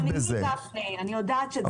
אני יודעת.